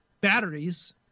batteries